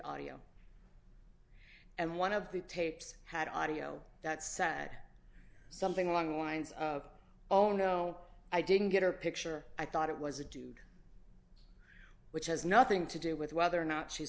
audio and one of the tapes had audio that said something along the lines of oh no i didn't get her picture i thought it was a dude which has nothing to do with whether or not she's